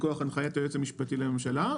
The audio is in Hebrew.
מכוח הנחיית היועץ המשפטי לממשלה,